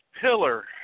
Pillar